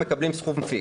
הם מקבלים סכום פיקס.